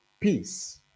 peace